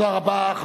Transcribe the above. תודה רבה.